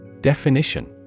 Definition